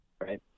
right